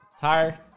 tire